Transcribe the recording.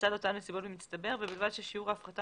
לצד אותן נסיבות במצטבר, ובלבד ששיעור ההפחתה